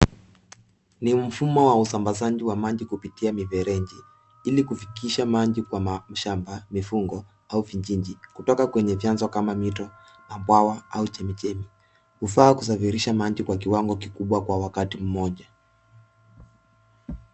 Ni mfumo wa usambazaji wa maji kupitia mifereji ili kufikisha maji kwa mashamba, mifugo au vijiji kutoka kwenye vyanzo kama mito, mabawa au chemichemi. Hufaa kusafirisha maji kwa kiwango kikubwa kwa wakati mmoja.